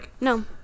No